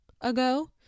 ago